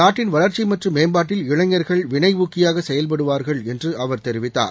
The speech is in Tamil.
நாட்டின் வளர்ச்சி மற்றும் மேம்பாட்டில் இளைஞர்கள் விளை ஊக்கியாக செயல்படுவார்கள் என்று அவர் தெரிவித்தார்